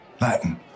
Latin